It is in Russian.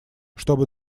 чтобы